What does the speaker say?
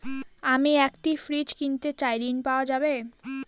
আমি একটি ফ্রিজ কিনতে চাই ঝণ পাওয়া যাবে?